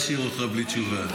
לא אשאיר אותך בלי תשובה.